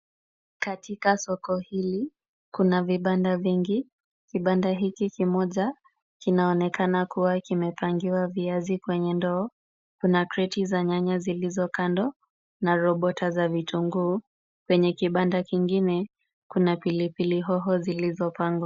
Katika soko hili kuna vibanda vingi. Kibanda hiki kimoja kinaonekana kuwa kimepangiwa viazi kwenye ndoo. Kuna kreti za nyanya zilizo kando na robota za vitunguu. Kwenye kibanda kingine kuna pilipili hoho zilizopangwa.